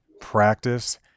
practice